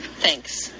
Thanks